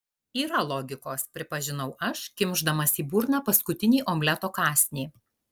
yra logikos pripažinau aš kimšdamas į burną paskutinį omleto kąsnį